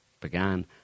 began